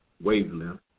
wavelength